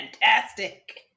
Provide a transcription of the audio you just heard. fantastic